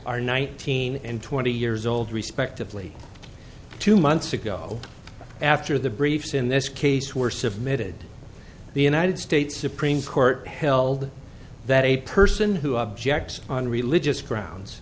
are nineteen and twenty years old respectively two months ago after the briefs in this case were submitted the united states supreme court held that a person who objects on religious grounds